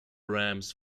ramps